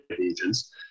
agents